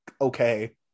okay